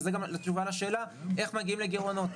וזו גם התשובה לשאלה איך מגיעים לגירעונות.